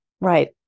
right